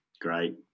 Great